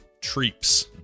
Treeps